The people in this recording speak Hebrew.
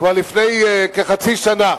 כבר לפני חצי שנה.